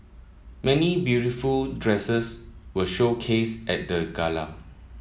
many beautiful dresses were showcased at the gala